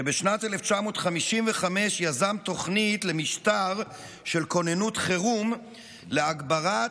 שבשנת 1955 יזם תוכנית למשטר של כוננות חירום להגברת,